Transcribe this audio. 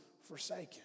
forsaken